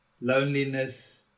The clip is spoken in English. loneliness